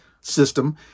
system